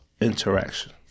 interaction